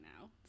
now